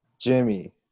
Jimmy